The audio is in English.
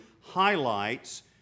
highlights